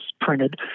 printed